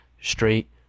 straight